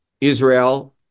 Israel